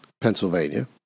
Pennsylvania